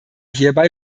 hierbei